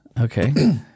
okay